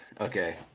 Okay